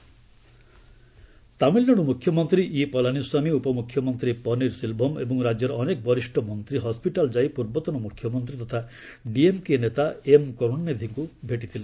କର୍ନଣାନିଧି ତାମିଲ୍ନାଡୁ ମୁଖ୍ୟମନ୍ତ୍ରୀ ଇ ପଲାନୀସ୍ୱାମୀ ଉପମୁଖ୍ୟମନ୍ତ୍ରୀ ପନୀର୍ ସିଲ୍ଭମ୍ ଏବଂ ରାଜ୍ୟର ଅନେକ ବରିଷ୍ଣ ମନ୍ତ୍ରୀ ହସ୍କିଟାଲ୍ ଯାଇ ପୂର୍ବତନ ମୁଖ୍ୟମନ୍ତ୍ରୀ ତଥା ଡିଏମ୍କେ ନେତା ଏମ୍ କରୁଣାନିଧିଙ୍କୁ ଭେଟିଥିଲେ